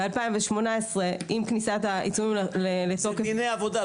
ב-2018 עם כניסת העיצומים לתוקף --- זה דיני עבודה,